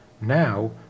now